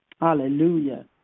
Hallelujah